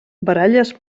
baralles